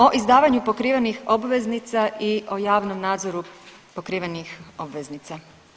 O izdavanju pokrivenih obveznica i o javnom nadzoru pokrivenih obveznica.